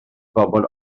bobl